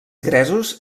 gresos